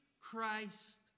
Christ